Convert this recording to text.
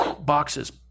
boxes